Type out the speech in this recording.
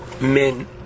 men